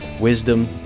wisdom